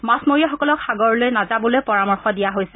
মাছমৰীয়াসকলক সাগৰলৈ নাযাবলৈ পৰামৰ্শ দিয়া হৈছে